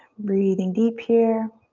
breathing deep here.